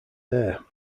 heir